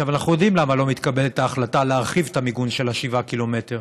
אנחנו יודעים למה לא מתקבלת ההחלטה להרחיב את המיגון של 7 קילומטרים,